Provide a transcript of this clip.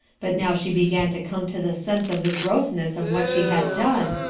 but now she began to come to the sense of the grossness of what she had done,